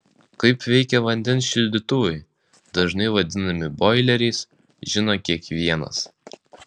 kaip veikia vandens šildytuvai dažnai vadinami boileriais žino kiekvienas